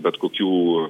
bet kokių